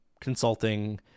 consulting